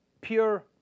pure